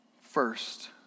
first